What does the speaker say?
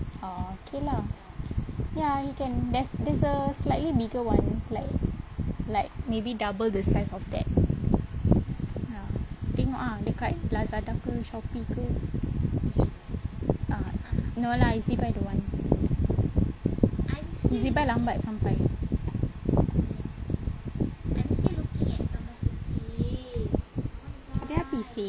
orh okay lah ya he can there's there's a slightly bigger one like like maybe double the size of that ya tengok ah dekat lazada ke shopee ke ah no lah ezbuy don't want ezbuy lambat sampai tak habis-habis seh